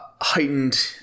heightened